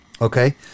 Okay